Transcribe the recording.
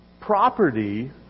property